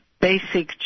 basic